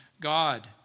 God